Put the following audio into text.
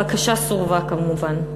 הבקשה סורבה כמובן.